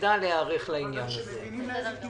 שנדע להיערך לעניין הזה.